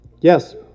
Yes